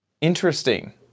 Interesting